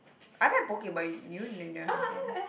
I like poke but you